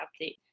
update